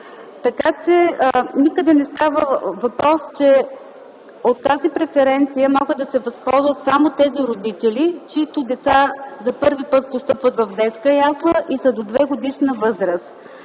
възраст. Никъде не става въпрос, че от тази преференция могат да се възползват само тези родители, чиито деца за първи път постъпват в детска ясла и са до 2-годишна възраст.